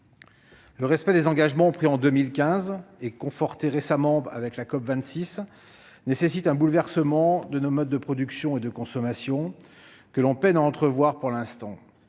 Le respect des engagements pris en 2015, confortés récemment lors de la COP26, nécessite un bouleversement de nos modes de production et de consommation, que l'on peine à entrevoir pour l'instant.